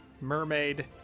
mermaid